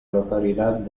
localidad